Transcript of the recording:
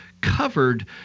covered